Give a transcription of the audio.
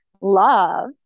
love